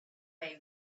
way